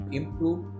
improve